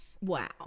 Wow